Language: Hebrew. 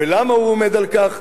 ולמה הוא עומד על כך,